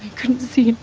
couldn't see.